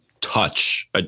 touch